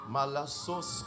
Malasos